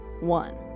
one